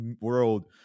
world